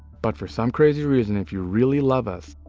but for some crazy reason, if you really love us,